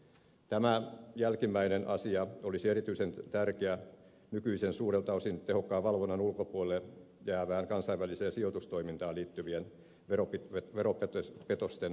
tämä jälkimmäinen asia olisi erityisen tärkeä nykyisen suurelta osin tehokkaan valvonnan ulkopuolelle jäävään kansainväliseen sijoitustoimintaan liittyvien veropetosten paljastamiseksi